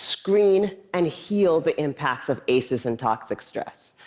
screen and heal the impacts of aces and toxic stress.